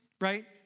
right